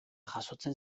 jasotzen